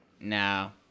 No